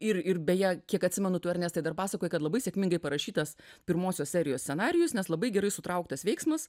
ir ir beje kiek atsimenu tu ernestai dar pasakojai kad labai sėkmingai parašytas pirmosios serijos scenarijus nes labai gerai sutrauktas veiksmas